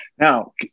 Now